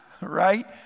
right